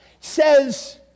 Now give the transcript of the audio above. Says